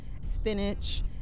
spinach